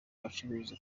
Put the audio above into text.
bacuruza